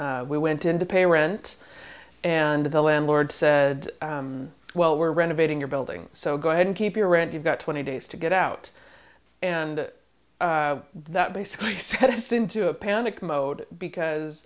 we went in to pay rent and the landlord said well we're renovating your building so go ahead and keep your rent you've got twenty days to get out and that basically said it's into a panic mode because